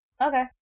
Okay